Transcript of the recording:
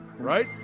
right